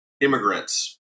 immigrants